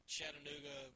Chattanooga